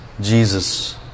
Jesus